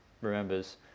remembers